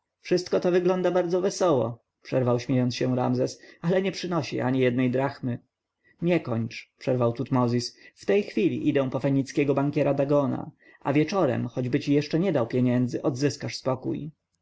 wszystko to wygląda bardzo wesoło przerwał śmiejąc się ramzes ale nie przynosi ani jednej drachmy nie kończ przerwał tutmozis w tej chwili idę po fenickiego bankiera dagona a wieczorem choćby ci jeszcze nie dał pieniędzy odzyskasz spokój